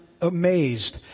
amazed